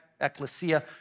Ecclesia